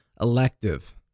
Elective